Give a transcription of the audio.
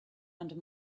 under